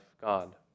God